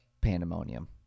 pandemonium